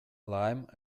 lime